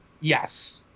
Yes